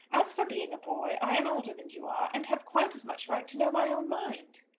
as for being a boy, i am older than you are, and have quite as much right to know my own mind.